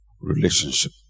relationship